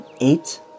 Eight